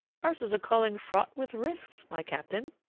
ours is a calling fraught with risks, my captain.